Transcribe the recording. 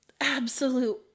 absolute